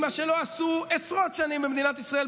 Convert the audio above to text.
מה שלא עשו עשרות שנים במדינת ישראל,